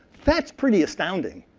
that's pretty astounding.